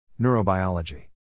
neurobiology